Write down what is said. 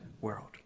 world